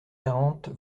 quarante